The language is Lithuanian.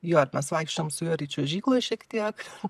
jo ir mes vaikščiojom su juo ir į čiuožyklą šiek tiek